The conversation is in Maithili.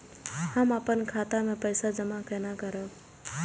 हम अपन खाता मे पैसा जमा केना करब?